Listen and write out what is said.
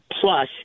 plus